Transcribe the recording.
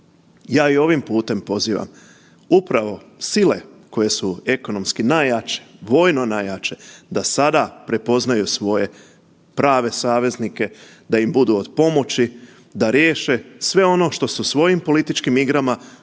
Ja i ovim putem pozivam upravo sile koje su ekonomski najjače, vojno najjače da sada prepoznaju svoje prave saveznike, da im budu od pomoći, da riješe sve ono što su svojim političkim igrama